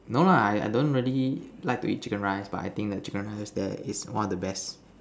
no lah I I don't really like to eat chicken rice but I think the chicken rice there is one of the best